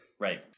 Right